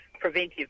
preventive